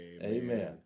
Amen